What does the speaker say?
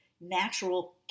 natural